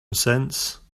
since